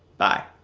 bye.